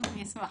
אני אשמח.